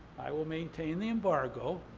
i will maintain the embargo,